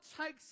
takes